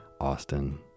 Austin